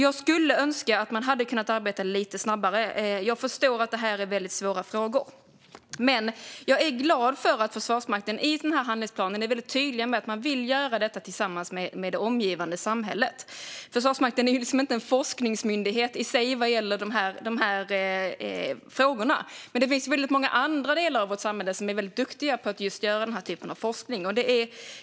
Jag skulle därför önska att man kunde arbeta lite snabbare, men jag förstår att detta är väldigt svåra frågor. Jag är glad över att Försvarsmakten i denna handlingsplan är väldigt tydlig med att man vill göra detta tillsammans med det omgivande samhället. Försvarsmakten är inte en forskningsmyndighet i sig när det gäller dessa frågor. Men det finns väldigt många andra delar av vårt samhälle som är mycket duktiga på att göra just denna forskning.